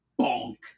bonk